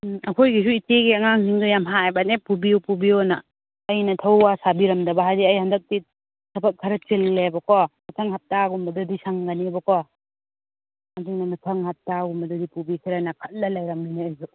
ꯎꯝ ꯑꯩꯈꯣꯏꯒꯤꯁꯨ ꯏꯆꯦꯒꯤ ꯑꯉꯥꯡꯁꯤꯡꯗ ꯌꯥꯝ ꯍꯥꯏꯕꯅꯦ ꯄꯨꯕꯤꯌꯨ ꯄꯨꯕꯤꯌꯨꯅ ꯑꯩꯅ ꯊꯧꯋꯥ ꯁꯥꯕꯤꯔꯥꯝꯗꯕ ꯍꯥꯏꯗꯤ ꯑꯩ ꯍꯟꯗꯛꯇꯤ ꯊꯕꯛ ꯈꯔ ꯆꯤꯜꯂꯦꯕꯀꯣ ꯃꯊꯪ ꯍꯥꯞꯇꯒꯨꯝꯕꯗꯗꯤ ꯁꯪꯒꯅꯦꯕꯀꯣ ꯑꯗꯨꯅ ꯃꯊꯪ ꯍꯄꯇꯒꯨꯝꯕꯗ ꯄꯨꯕꯤꯁꯤꯔꯅ ꯈꯜꯂꯒ ꯂꯩꯔꯝꯃꯤꯅꯦ ꯑꯩꯁꯨ